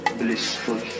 blissful